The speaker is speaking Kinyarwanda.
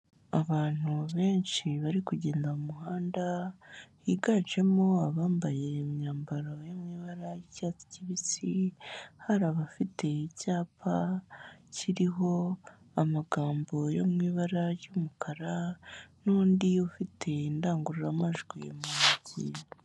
Abantu benshi bari kugenda mu muhanda, higanjemo abambaye imyambaro iri mu ibara ry'icyatsi kibisi, hari abafite icyapa kiriho amagambo yo mu ibara ry'umukara n'undi ufite indangururamajwi mu ntoki.